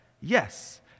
Yes